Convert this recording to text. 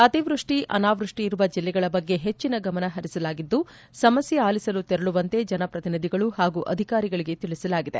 ಅತಿವ್ವಡ್ಡಿ ಅನಾವೃಡ್ಡಿ ಇರುವ ಜಿಲ್ಲೆಗಳ ಬಗ್ಗೆ ಹೆಚ್ಚಿನ ಗಮನ ಹರಿಸಲಾಗಿದ್ದು ಸಮಸ್ಯೆ ಆಲಿಸಲು ತೆರಳುವಂತೆ ಜನಪ್ರತಿನಿಧಿಗಳು ಹಾಗೂ ಅಧಿಕಾರಿಗಳಿಗೆ ತಿಳಿಸಲಾಗಿದೆ